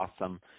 Awesome